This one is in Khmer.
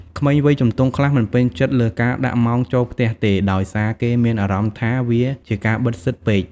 ក្មេងវ័យជំទង់ខ្លះមិនពេញចិត្តលើការដាក់ម៉ោងចូលផ្ទះទេ ដោយសារគេមានអារម្មណ៍ថាវាជាការបិទសិទ្ធពេក។